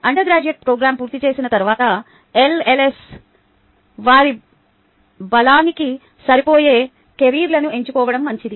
under graduate programme పూర్తి చేసిన తరువాత ఎల్ఎల్ఎస్ వారి బలానికి సరిపోయే కెరీర్లను ఎంచుకోవడం మంచిది